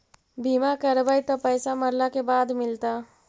बिमा करैबैय त पैसा मरला के बाद मिलता?